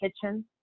kitchen